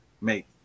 make